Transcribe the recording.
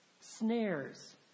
Snares